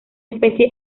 especie